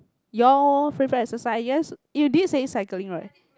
your favorite exercise yes you did say cycling right